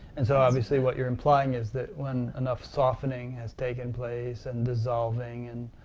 and so obviously what you are implying is that when enough softening has taken place and dissolving, and